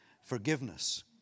forgiveness